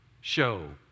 show